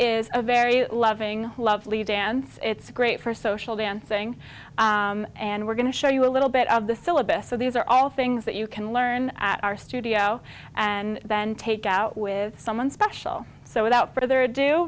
is a very loving lovely dance it's great for social dancing and we're going to show you a little bit of the syllabus so these are all things that you can learn at our studio and then take out with someone special so without further ado